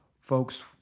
folks